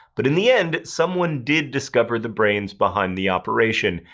but in the end, someone did discover the brains behind the operation.